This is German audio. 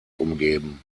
umgeben